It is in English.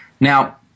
Now